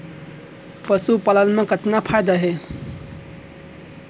पशुपालन मा कतना फायदा हे?